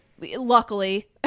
luckily